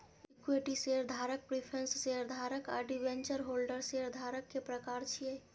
equity शेयरधारक, preference शेयरधारक आ डिवेंचर होल्डर शेयरधारक के प्रकार छियै